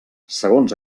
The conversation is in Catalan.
segons